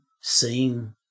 seeing